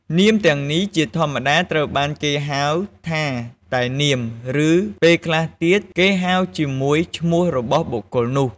នាមទាំងនេះជាធម្មតាត្រូវបានគេហៅថាតែនាម ឬពេលខ្លះទៀតគេហៅជាមួយឈ្មោះរបស់បុគ្គលនោះ។